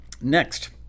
Next